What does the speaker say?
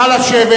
נא לשבת,